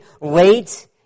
late